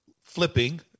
flipping